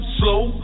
slow